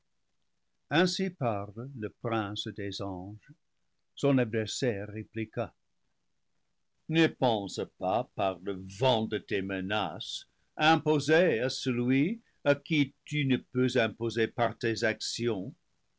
ainsi parle le prince des anges son adversaire ré pliqua ne pense pas par le vent de tes menaces imposer à celui à qui tu ne peux imposer par tes actions